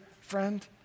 friend